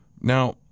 now